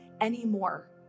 anymore